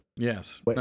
Yes